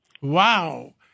Wow